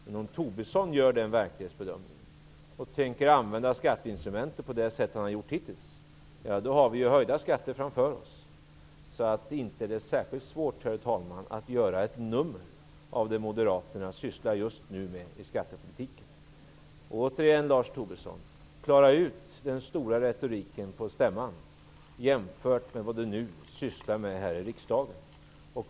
Men om Tobisson gör den verklighetsbedömningen och tänker använda skatteinstrumentet på det sätt som han har gjort hittills, då har vi höjda skatter framför oss. Så inte är det särskilt svårt, herr talman, att göra ett nummer av det som Moderaterna just nu sysslar med i skattepolitiken. Återigen Lars Tobisson: Klara ut den stora retoriken på stämman jämfört med vad ni moderater nu sysslar med här i riksdagen!